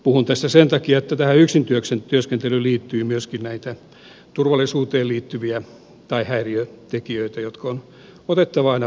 puhun tästä sen takia että tähän yksintyöskentelyyn liittyy myöskin näitä turvallisuuteen liittyvä häiriötekijöitä jotka on otettava aina vakavasti